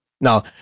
Now